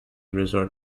resort